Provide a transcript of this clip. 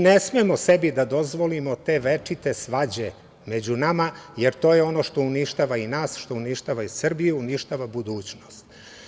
Ne smemo sebi da dozvolimo te večite svađe među nama, jer to je ono što uništava i nas, što uništava i Srbiju, uništava budućnost.